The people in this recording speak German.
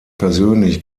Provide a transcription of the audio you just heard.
persönlich